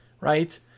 right